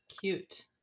Cute